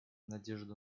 надежду